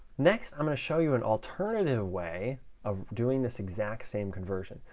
next i'm going to show you an alternative way of doing this exact same conversion.